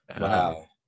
Wow